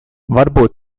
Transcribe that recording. varbūt